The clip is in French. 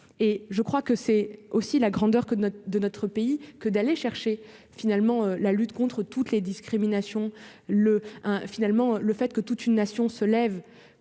et je crois que c'est aussi la grandeur que note de notre pays que d'aller chercher finalement la lutte contre toutes les discriminations, le finalement, le fait que toute une nation se lève